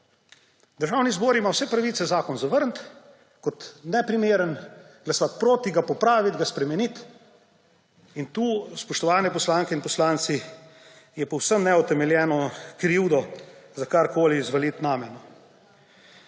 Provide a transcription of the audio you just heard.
Državni zbor ima vse pravice zakon zavrniti kot neprimeren, glasovati proti, ga popraviti, ga spremeniti in tu, spoštovani poslanke in poslanci, je povsem neutemeljeno krivdo za karkoli zvaliti name, no.